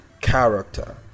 character